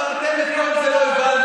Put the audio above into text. אבל אתם, את כל זה לא הבנתם.